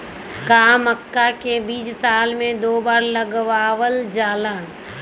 का मक्का के बीज साल में दो बार लगावल जला?